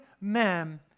men